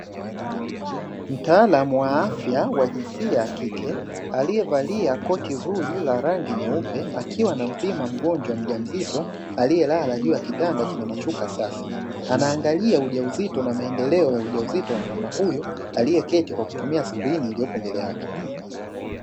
Mtaalamu wa afya wa jinsia ya kike aliyevalia koti zuri la rangi nyeupe, akiwa anampima mgonjwa mjamzito aliyelala juu ya kitanda chenye mashuka safi. Anaangalia ujauzito na maendeleo ya ujauzito wa mama wa huyo aliyeketi kwa kutumia skrini iliyopo mbele yake.